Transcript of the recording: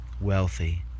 wealthy